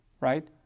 right